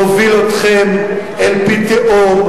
מוביל אתכם אל פי תהום.